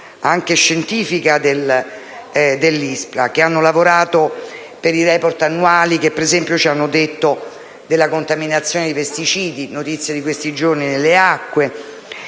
anche scientifica dell'ISPRA, che hanno lavorato per i *report* annuali, che, per esempio, ci hanno detto della contaminazione di pesticidi - è notizia di questi giorni - nelle acque